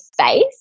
space